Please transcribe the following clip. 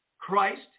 Christ